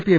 P M